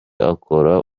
akora